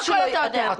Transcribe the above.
אני